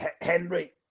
Henry